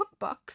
cookbooks